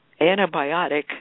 antibiotic